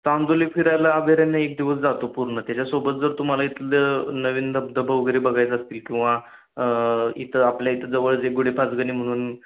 चांदोली फिरायला अभयारण्य एक दिवस जातो पूर्ण त्याच्यासोबत जर तुम्हाला इथलं नवीन धबधबा वगैरे बघायचा असतील किंवा इथं आपल्या इथं जवळच एक गुढे पाचगणी म्हणून